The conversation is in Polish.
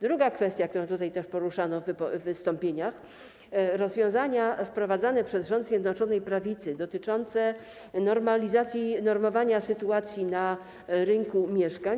Druga kwestia, którą też poruszano w wystąpieniach - rozwiązania wprowadzane przez rząd Zjednoczonej Prawicy, dotyczące normalizacji, normowania sytuacji na rynku mieszkań.